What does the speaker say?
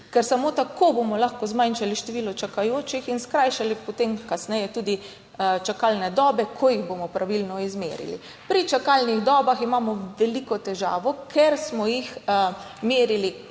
Ker samo tako bomo lahko zmanjšali število čakajočih in skrajšali potem kasneje tudi čakalne dobe, ko jih bomo pravilno izmerili. Pri čakalnih dobah imamo veliko težavo, ker smo jih merili